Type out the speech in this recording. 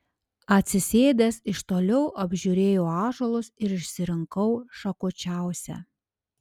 atsisėdęs iš toliau apžiūrėjau ąžuolus ir išsirinkau šakočiausią